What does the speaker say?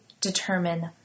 determine